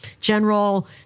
general